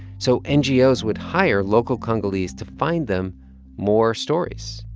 so ngos would hire local congolese to find them more stories,